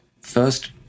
first